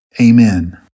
Amen